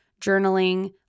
journaling